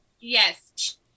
Yes